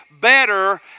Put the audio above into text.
better